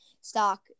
stock